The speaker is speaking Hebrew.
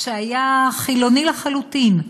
שהיה חילוני לחלוטין,